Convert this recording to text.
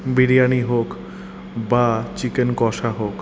বিরিয়ানি হোক বা চিকেন কষা হোক